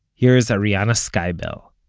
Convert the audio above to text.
here's arianna skibell